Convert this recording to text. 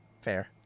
Fair